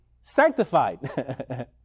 sanctified